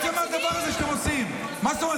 אם הצד הזה היה מחליט --- אני רואה,